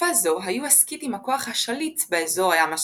בתקופה זו היו הסקיתים הכוח השליט באזור הים השחור.